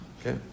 Okay